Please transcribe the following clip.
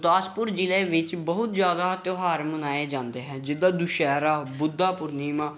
ਗੁਰਦਾਸਪੁਰ ਜ਼ਿਲ੍ਹੇ ਵਿੱਚ ਬਹੁਤ ਜ਼ਿਆਦਾ ਤਿਉਹਾਰ ਮਨਾਏ ਜਾਂਦੇ ਹੈ ਜਿੱਦਾਂ ਦੁਸਹਿਰਾ ਬੁੱਧਾਪੁਰਨੀਮਾ